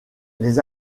les